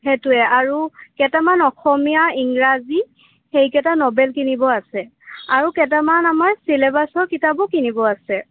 সেইটোৱে আৰু কেইটামান অসমীয়া ইংৰাজী সেইকেইটা ন'ভেল কিনিব আছে আৰু কেইটামান আমাৰ ছিলেবাছৰ কিতাপো কিনিব আছে